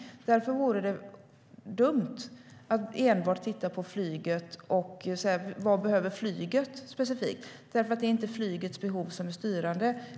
Därför vore det dumt att enbart titta på flyget och fråga sig vad flyget behöver specifikt. Det är inte flygets behov som är styrande.